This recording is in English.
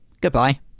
Goodbye